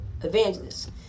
evangelists